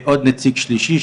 ועוד נציג שלישי,